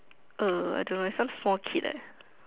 uh I don't know leh like some small kid